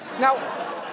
Now